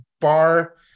bar